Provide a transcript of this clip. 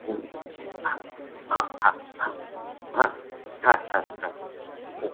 হুম হাঁ হাঁ হাঁ হ্যাঁ হ্যাঁ হ্যাঁ হ্যাঁ হুম